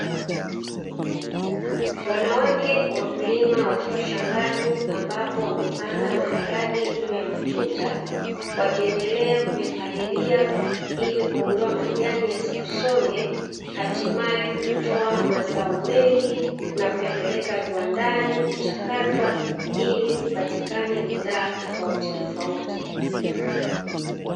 Wanawake wakulima wakiwa shambani ambapo wamepanda maharage juu ya matuta wakiendelea kuyapalilia ili kuondoa majani yasiyasonge, hatimaye kutoa mazao mengi na kuyapeleka kiwandani kuchakatwa ili zipatikane bidhaa tofauti tofauti.